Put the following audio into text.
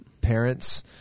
parents